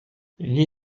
gli